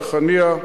בריחנייה.